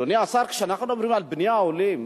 אדוני השר, כשאנחנו מדברים על בני העולים,